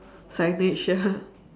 signage ya